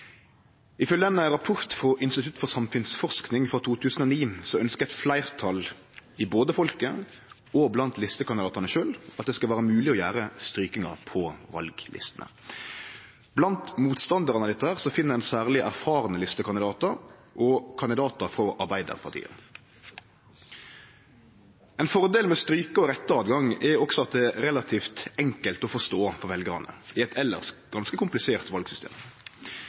Ifølgje ein rapport frå Institutt for samfunnsforskning frå 2009 ønskjer eit fleirtal både i folket og blant listekandidatane sjølve at det skal vere mogleg å gjere strykingar på vallistene. Blant motstandarane av dette finn ein særleg erfarne listekandidatar og kandidatar frå Arbeidarpartiet. Ein fordel med høvet til å stryke og rette er at det er relativt enkelt å forstå for veljarane i eit elles ganske komplisert valsystem.